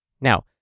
Now